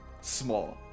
small